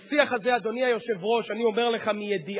בשיח הזה, אדוני היושב-ראש, אני אומר לך מידיעה,